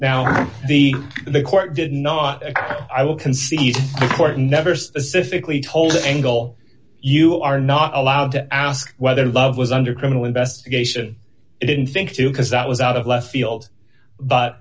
now the the court did not and i will concede court never specifically told angle you are not allowed to ask whether love was under criminal investigation i didn't think to because that was out of left field